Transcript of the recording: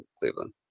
Cleveland